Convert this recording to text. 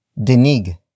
denig